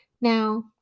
Now